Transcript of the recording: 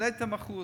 העליתם ב-1%.